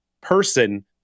person